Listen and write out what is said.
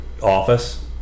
office